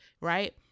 right